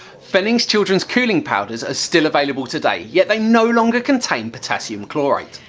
fennings' children's cooling powders are still available today. yet, they no longer contain potassium chlorate.